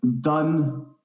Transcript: done